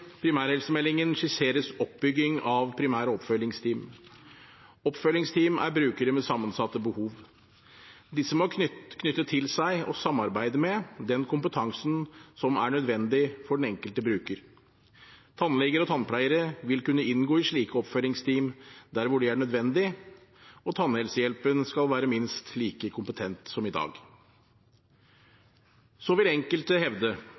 skisseres oppbyggingen av primærhelseteam og oppfølgingsteam. Oppfølgingsteam er for brukere med sammensatte behov. Disse må knytte til seg og samarbeide med den kompetansen som er nødvendig for den enkelte bruker. Tannleger og tannpleiere vil kunne inngå i slike oppfølgingsteam der det er nødvendig, og tannhelsehjelpen skal være minst like kompetent som i dag. Så vil enkelte hevde